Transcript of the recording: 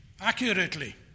accurately